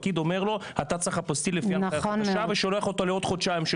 הפקיד אומר לו: אתה צריך אפוסטיל ושולח אותו לעוד חודשיים.